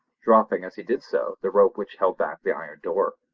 dropping as he did so the rope which held back the iron door.